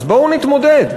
אז בואו נתמודד.